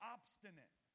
obstinate